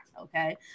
okay